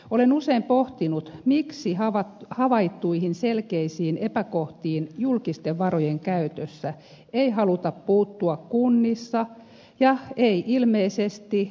olen usein pohtinut miksi havaittuihin selkeisiin epäkohtiin julkisten varojen käytössä ei haluta puuttua kunnissa eikä ilmeisesti valtionhallinnossakaan